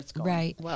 right